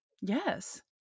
Yes